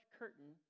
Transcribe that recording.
curtain